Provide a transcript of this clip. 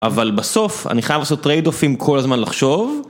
אבל בסוף אני חייב לעשות trade off כל הזמן לחשוב